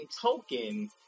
token